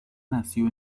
nació